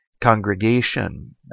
congregation